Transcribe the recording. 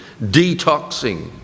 detoxing